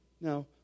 Now